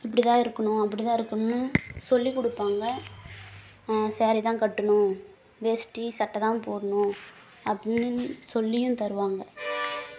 இப்படி தான் இருக்கணும் அப்படி தான் இருக்கணும்னு சொல்லிக் கொடுப்பாங்க ஸாரி தான் கட்டணும் வேஷ்டி சட்டை தான் போடணும் அப்படின்னு சொல்லியும் தருவாங்க